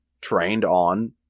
trained-on